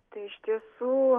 tai iš tiesų